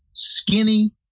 Skinny